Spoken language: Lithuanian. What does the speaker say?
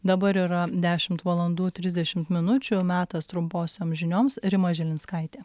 dabar yra dešimt valandų trisdešimt minučių metas trumposioms žinioms rima žilinskaitė